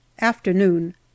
Afternoon